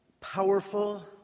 powerful